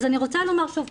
אז אני רוצה לומר שוב,